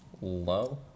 low